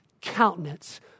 countenance